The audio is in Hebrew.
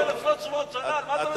עם שחי 1,300 שנה, מה אתה מדבר?